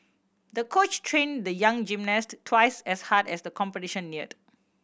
the coach trained the young gymnast twice as hard as the competition neared